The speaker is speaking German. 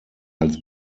als